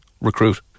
recruit